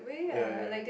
ya ya